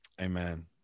Amen